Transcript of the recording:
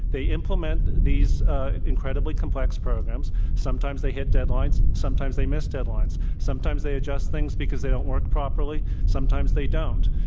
they implement these incredibly complex programs. sometimes they hit deadlines. sometimes they miss deadlines. sometimes they adjust things because they don't work properly. sometimes they don't.